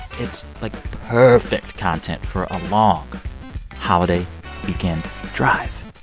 it's like perfect content for a long holiday weekend drive.